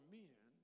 men